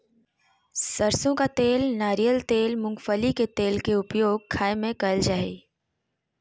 सरसों का तेल नारियल तेल मूंगफली के तेल के उपयोग खाय में कयल जा हइ